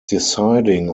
deciding